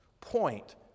point